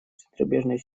центробежной